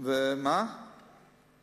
יש סגן.